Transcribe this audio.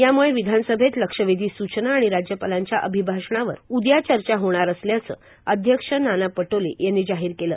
याम्ळे विधानसभेत लक्षेवधी स्चना आणि राज्यपालांच्या अभिभाषणावर उदया चर्चा होणार असल्याचं अध्यक्ष नाना पटोले यांनी जाहीर केलं